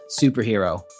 superhero